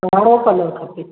ॻारो colour खपे